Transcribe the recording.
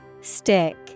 Stick